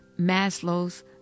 Maslow's